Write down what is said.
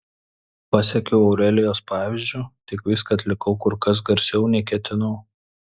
pasekiau aurelijos pavyzdžiu tik viską atlikau kur kas garsiau nei ketinau